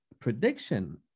prediction